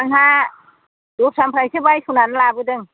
आंहा दस्रानिफ्रायसो बायस'ना लाबोदों